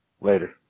later